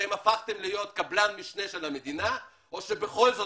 הפכתם להיות קבלן משנה של המדינה או שבכל זאת